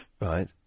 Right